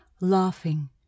laughing